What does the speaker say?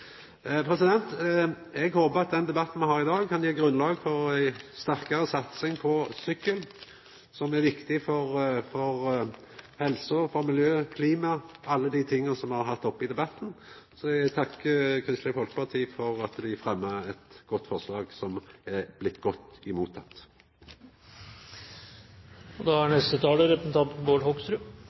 Eg håpar at den debatten me har i dag, kan gje grunnlag for sterkare satsing på sykkel, som er viktig for helsa, for miljøet og for klimaet – alt det me har hatt oppe i debatten. Så vil eg takka Kristeleg Folkeparti for at dei fremma eit godt forslag, eit forslag som er godt